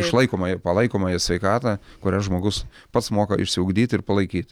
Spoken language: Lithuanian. išlaikomąją ir palaikomąją sveikatą kurią žmogus pats moka išsiugdyt ir palaikyt